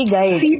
Guide